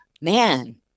man